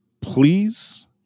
please